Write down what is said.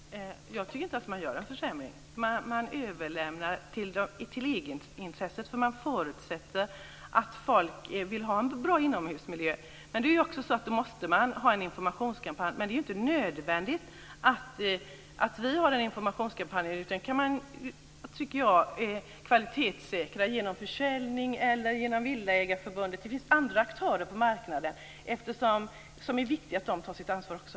Herr talman! Jag tycker inte att det görs en försämring. Man överlämnar till egenintresset, för man förutsätter att folk vill ha en bra inomhusmiljö. Man måste ha en informationskampanj. Men det är ju inte nödvändigt att vi bedriver denna informationskampanj. Man kan kvalitetssäkra i samband med försäljning eller genom Villägarförbundet. Det finns alltså andra aktörer på marknaden, och det är viktigt att de tar sitt ansvar också.